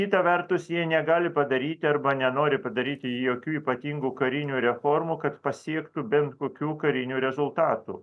kita vertus jie negali padaryti arba nenori pridaryti jokių ypatingų karinių reformų kad pasiektų bent kokių karinių rezultatų